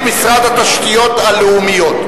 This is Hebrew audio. משרד החקלאות,